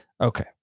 Okay